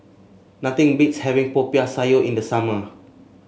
nothing beats having Popiah Sayur in the summer